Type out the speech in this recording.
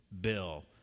bill